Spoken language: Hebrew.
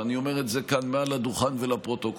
ואני אומר את זה כאן מעל הדוכן ולפרוטוקול,